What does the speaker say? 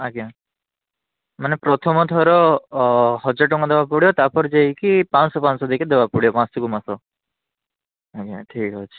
ଆଜ୍ଞା ମାନେ ପ୍ରଥମଥର ଅ ହଜାରଟଙ୍କା ଦବାକୁ ପଡ଼ିବ ତା'ପରେ ଯାଇକି ପାଞ୍ଚଶହ ପାଞ୍ଚଶହ ନେଇକି ଦବାକୁ ପଡ଼ିବ ମାସକୁ ମାସ ଆଜ୍ଞା ଠିକ୍ ଅଛି